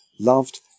loved